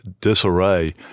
disarray